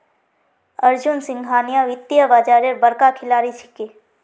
अर्जुन सिंघानिया वित्तीय बाजारेर बड़का खिलाड़ी छिके